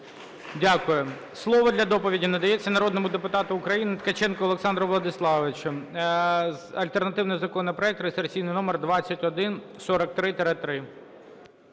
Дякуємо. Слово для доповіді надається народному депутату України Ткаченку Олександру Владиславовичу. Альтернативний законопроект, реєстраційний номер 2143-3.